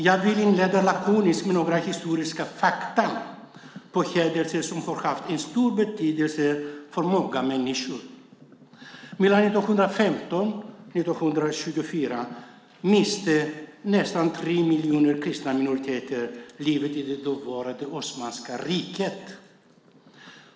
Jag vill inleda lakoniskt med några historiska fakta om händelser som har haft en stor betydelse för många människor. Mellan 1915 och 1924 miste nästan tre miljoner människor i kristna minoriteter livet i det dåvarande Osmanska riket.